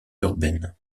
urbaine